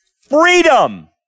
freedom